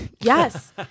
Yes